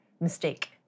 mistake